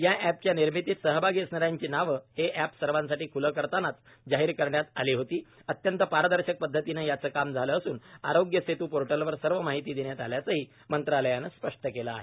याएपच्या निर्मितीत सहभागी असणाऱ्याची नावं हे अॅप सर्वांसाठी खूलं करतानाचा जाहीर करण्यात आली होती अत्यंत पारदर्शक पद्वतीनं याचं काम झालं असून आरोग्य सेतू पोर्टलवर सर्व माहिती देण्यात आल्याचंही मंत्रालयानं स्पष्ट केलं आहे